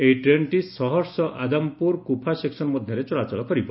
ଏହି ଟ୍ରେନ୍ଟି ସହର୍ଷ ଆଦାମ୍ପୁର କୁଫା ସେକ୍କନ ମଧ୍ୟରେ ଚଳାଚଳ କରିବ